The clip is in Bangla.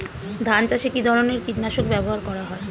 ধান চাষে কী ধরনের কীট নাশক ব্যাবহার করা হয়?